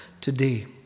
today